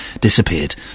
disappeared